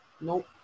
nope